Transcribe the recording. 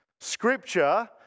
Scripture